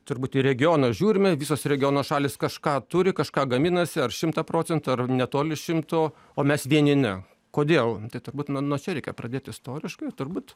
turbūt į regioną žiūrime visos regiono šalys kažką turi kažką gaminasi ar šimtą procentų ar netoli šimto o mes vieni ne kodėl turbūt nuo nuo reikia pradėt istoriškai turbūt